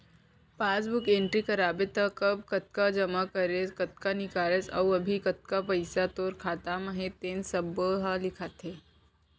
passbook entry कराबे त कब कतका जमा करेस, कतका निकालेस अउ अभी कतना पइसा तोर खाता म हे तेन सब्बो ह लिखाथे